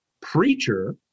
preacher